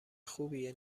خوبیه